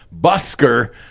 busker